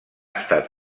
estat